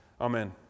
Amen